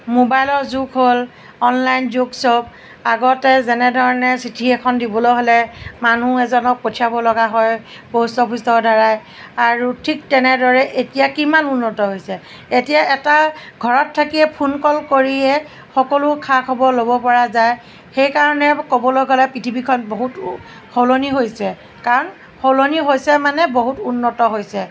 মোবাইলৰ যুগ হ'ল অনলাইন যুগ সব আগতে যেনে ধৰণে চিঠি এখন দিবলৈ হ'লে মানুহ এজনক পঠিয়াবলগীয়া হয় প'ষ্ট অফিচৰ দ্বাৰাই আৰু ঠিক তেনেদৰে এতিয়া কিমান উন্নত হৈছে এতিয়া এটা ঘৰত থাকিয়ে ফোন কল কৰিয়ে সকলো খা খবৰ ল'ব পৰা যায় সেইকাৰণে ক'বলৈ গ'লে পৃথিৱীখন বহুতো সলনি হৈছে কাৰণ সলনি হৈছে মানে বহুত উন্নতি হৈছে